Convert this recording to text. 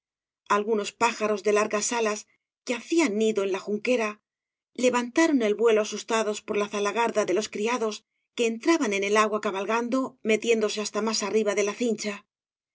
algunos pájaros de largas alas que hacían nido en la junquera levantaron el vuelo asustados por la zalagarda de los criados que entraban en el agua cabalgando metiéndose hasta más arriba de la cincha en